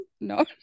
No